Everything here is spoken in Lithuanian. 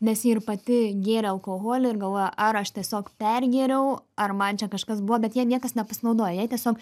nes ji ir pati gėrė alkoholį ir galvojo ar aš tiesiog pergėriau ar man čia kažkas buvo bet ja niekas nepasinaudojo jai tiesiog